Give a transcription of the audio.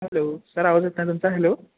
hello sir आवाज येत नाही तुमचा हॅलो